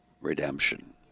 redemption